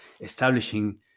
establishing